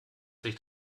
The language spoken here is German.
sich